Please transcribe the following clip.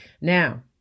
Now